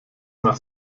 nach